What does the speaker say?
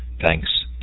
Thanks